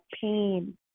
pain